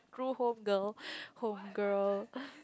true home girl home girl